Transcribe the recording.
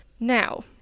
Now